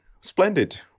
splendid